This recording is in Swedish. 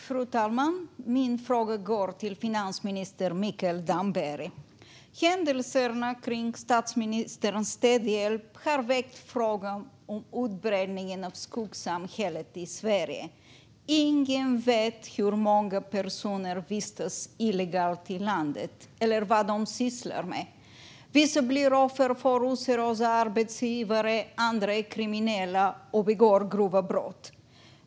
Fru talman! Min fråga går till finansminister Mikael Damberg. Händelserna runt statsministerns städhjälp har väckt frågan om utbredningen av skuggsamhället i Sverige. Ingen vet hur många personer som vistas illegalt i landet eller vad de sysslar med. Vissa blir offer för oseriösa arbetsgivare. Andra är kriminella och begår grova brott.